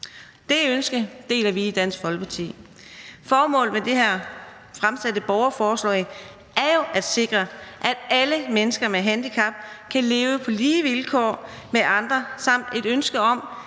Det ønske deler vi i Dansk Folkeparti. Formålet med det her fremsatte borgerforslag er jo at sikre, at alle mennesker med handicap kan leve på lige vilkår med andre, samt et ønske om,